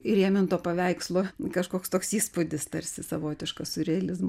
įrėminto paveikslo kažkoks toks įspūdis tarsi savotiškas surealizmo